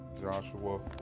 Joshua